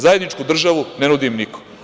Zajedničku državu ne nudi im niko.